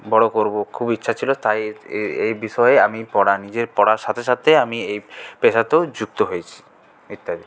বড় করবো খুব ইচ্ছা ছিল তাই এই এই বিষয়ে আমি পড়া নিজের পড়ার সাথে সাথে আমি এই পেশাতেও যুক্ত হয়েছি ইত্যাদি